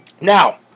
Now